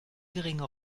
geringe